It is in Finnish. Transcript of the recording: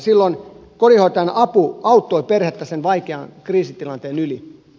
silloin kodinhoitajan apu auttoi perhettä sen vaikean kriisitilanteen yli